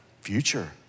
Future